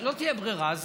לא תהיה ברירה.